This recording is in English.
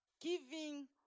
Giving